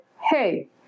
Hey